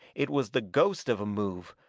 it was the ghost of a move,